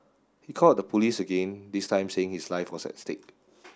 he called the police again this time saying his life was at stake